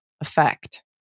effect